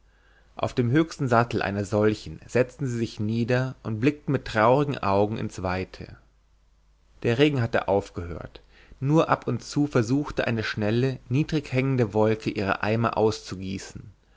auf dem höchsten sattel einer solchen setzten sie sich nieder und blickten mit traurigen augen ins weite der regen hatte aufgehört nur ab und zu versuchte eine schnelle niedrig hängende wolke ihre eimer